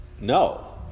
No